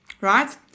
right